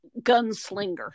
gunslinger